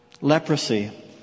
Leprosy